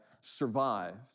survived